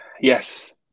Yes